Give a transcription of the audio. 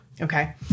Okay